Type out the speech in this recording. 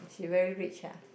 she very rich ah